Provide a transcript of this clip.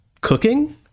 cooking